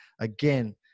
again